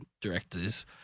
directors